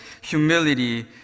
humility